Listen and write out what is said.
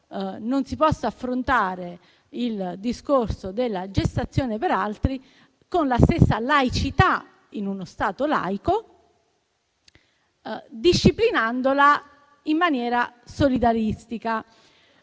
non si possa affrontare il discorso della gestazione per altri con la stessa laicità, in uno Stato laico, disciplinandola in maniera solidaristica.